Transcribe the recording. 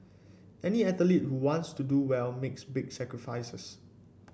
any athlete who wants to do well makes big sacrifices